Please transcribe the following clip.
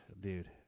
Dude